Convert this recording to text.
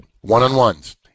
One-on-ones